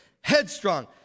headstrong